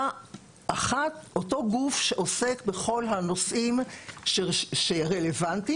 אותו גוף שעוסק בכל הנושאים שרלוונטיים,